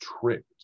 tricked